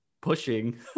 pushing